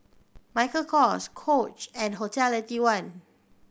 Michael Kors Coach and Hotel Eighty one